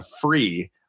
free